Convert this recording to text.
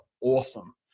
awesome